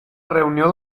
reunió